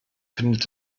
findet